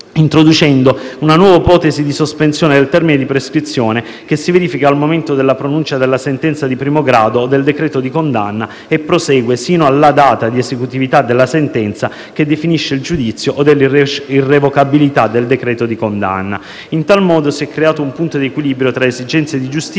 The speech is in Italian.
introducendo una nuova protesi di sospensione del termine di prescrizione che si verifica al momento della pronuncia della sentenza di primo grado o del decreto di condanna e prosegue sino alla data di esecutività della sentenza, che definisce il giudizio o irrevocabilità del decreto di condanna. In tal modo si è creato un punto di equilibrio tra esigenze di giustizia